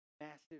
massive